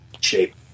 shape